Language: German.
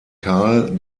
carl